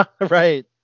Right